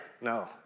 no